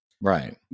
right